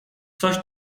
coś